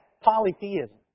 polytheism